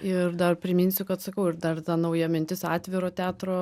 ir dar priminsiu kad sakau ir dar ta nauja mintis atviro teatro